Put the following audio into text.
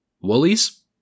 Woolies